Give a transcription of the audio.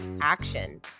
action